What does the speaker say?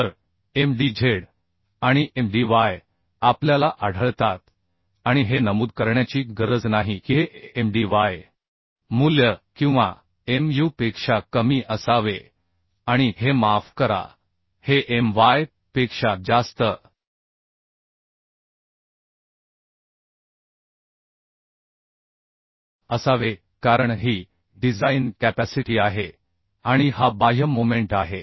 तर Mdz आणि Mdy आपल्याला आढळतात आणि हे नमूद करण्याची गरज नाही की हेMdy मूल्य किंवा muपेक्षा कमी असावे आणि हे माफ करा हे My पेक्षा जास्त असावे कारण ही डिझाइन कॅपॅसिटी आहे आणि हा बाह्य मोमेंट आहे